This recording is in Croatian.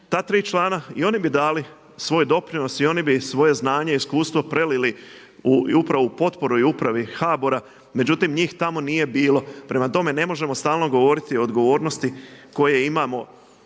Ta tri člana i oni bi dali svoj doprinos i oni bi svoje znanje i iskustvo prelili upravo u potporu i Upravi HBOR-a. Međutim, njih tamo nije bilo. Prema tome, ne možemo stalno govoriti o odgovornosti koje imamo,